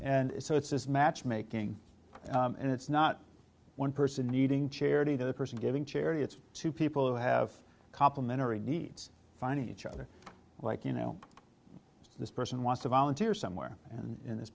and so it's just matchmaking and it's not one person needing charity to the person giving charity it's to people who have complimentary needs find each other like you know this person wants to volunteer somewhere and in this